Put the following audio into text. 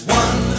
one